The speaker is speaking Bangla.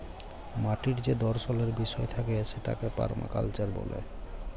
মাটির যে দর্শলের বিষয় থাকে সেটাকে পারমাকালচার ব্যলে